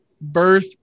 birth